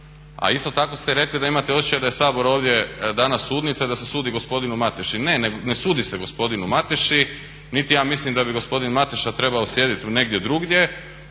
A isto tako ste rekli da imate osjećaj da je Sabor ovdje danas sudnica i da se sudi gospodinu Mateši. Ne, ne sudi se gospodinu Mateši niti ja mislim da bi gospodin Mateša trebao sjediti negdje drugdje.